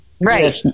Right